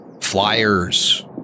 flyers